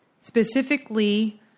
specifically